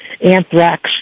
anthrax